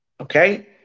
okay